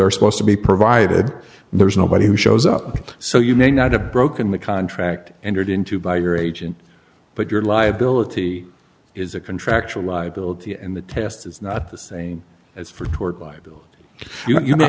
are supposed to be provided there's nobody who shows up so you may not have broken the contract entered into by your agent but your liability is a contractual liability and the test is not the same as